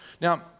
Now